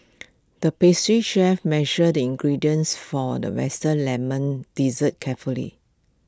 the pastry chef measured the ingredients for all the western Lemon Dessert carefully